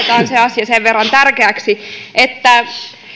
se asia sen verran tärkeäksi että